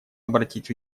обратить